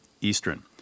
Eastern